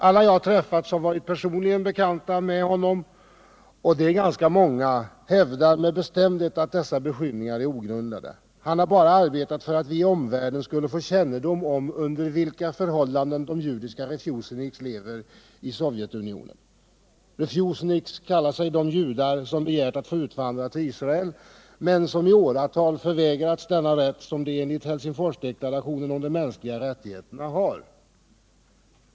Alla jag träffat som varit personligen bekanta med honom =— och det är ganska många — hävdar med bestämdhet att dessa beskyllningar är ogrundade. Han har bara arbetat för att vi i omvärlden skulle få kännedom om under vilka förhållanden de judiska refuseniks lever i Sovjetunionen. Refuseniks kallar sig de judar som har begärt att få utvandra till Israel men som i åratal har förvägrats denna rätt, som de enligt Helsingforsdeklarationen om de mänskliga rättigheterna har.